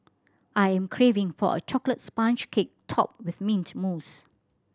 I am craving for a chocolate sponge cake topped with mint mousse